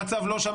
המצב לא טוב.